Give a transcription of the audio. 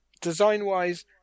design-wise